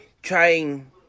trying